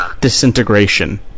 disintegration